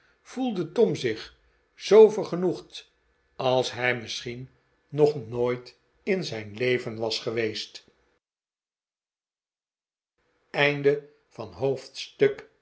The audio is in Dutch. voelde tom zich zoo vergenoegd als hij misschien nog nooit in zijn leven was geweest